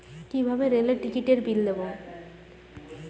কিভাবে রেলের টিকিটের বিল দেবো?